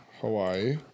Hawaii